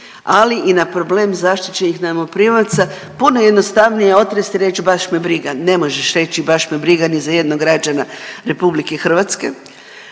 ali i na problem zaštićenih najmoprimaca. Puno je jednostavnije otrest i reć baš me briga, ne možeš reći baš me briga ni za jednog građana RH. Činjenica je